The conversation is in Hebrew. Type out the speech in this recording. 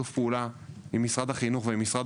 אנחנו נמשיך לפעול בשיתוף פעולה עם משרד החינוך ומשרד